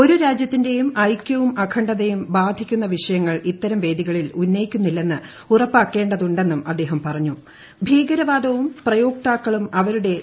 ഒരു രാജ്യത്തിന്റെയും ഐക്യവും അഖണ്ഡതയും ബാധിക്കുന്ന വിഷയങ്ങൾ ഇത്തരം വേദികളിൽ ഉന്നയിക്കുന്നില്ലെന്ന് ഉറപ്പാക്കേണ്ടതുണ്ടെന്നും അദ്ദേഹം ഭീകരവാദവും പ്രയോക്താക്കളും അവരുടെ പറഞ്ഞു